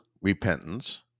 repentance